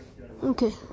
Okay